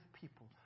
people